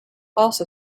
also